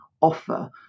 offer